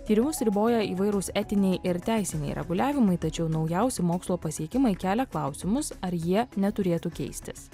tyrimus riboja įvairūs etiniai ir teisiniai reguliavimai tačiau naujausi mokslo pasiekimai kelia klausimus ar jie neturėtų keistis